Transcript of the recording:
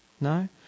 No